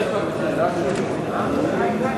להצביע.